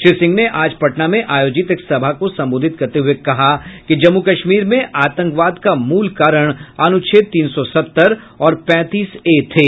श्री सिंह ने आज पटना में आयोजित एक सभा को संबोधित करते हये कहा कि जम्मू कश्मीर में आतंकवाद का मूल कारण अनुच्छेद तीन सौ सत्तर और पैंतीस ए थे